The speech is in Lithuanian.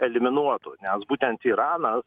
eliminuotų nes būtent iranas